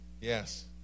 Yes